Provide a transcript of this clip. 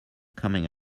coming